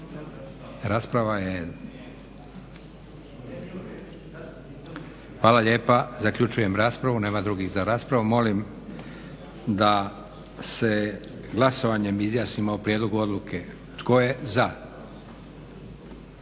Hvala lijepa. Zaključujem raspravu. Nema drugih za raspravu. Molim da se glasovanjem izjasnimo o prijedlogu odluke. Tko je za?